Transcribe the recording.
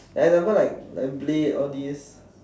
like example like blade all these